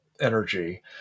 energy